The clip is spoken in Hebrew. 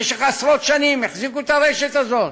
במשך עשרות שנים החזיקו את הרשת הזאת,